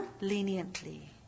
leniently